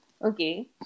Okay